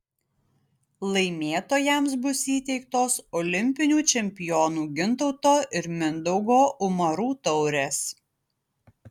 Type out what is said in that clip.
laimėtojams bus įteiktos olimpinių čempionų gintauto ir mindaugo umarų taurės